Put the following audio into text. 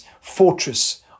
fortress